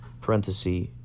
Parenthesis